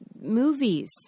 movies